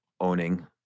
owning